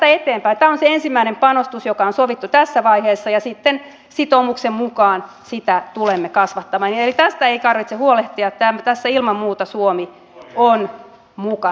tämä on se ensimmäinen panostus joka on sovittu tässä vaiheessa ja sitten sitoumuksen mukaan sitä tulemme kasvattamaan eli tästä ei tarvitse huolehtia tässä ilman muuta suomi on mukana